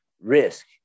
risk